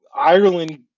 Ireland